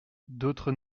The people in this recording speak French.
d’autres